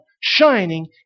shining